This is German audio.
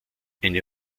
eine